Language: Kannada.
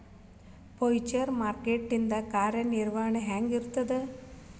ಫ್ಯುಚರ್ ಮಾರ್ಕೆಟ್ ಇಂದ್ ಕಾರ್ಯನಿರ್ವಹಣಿ ಹೆಂಗಿರ್ತದ?